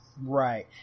Right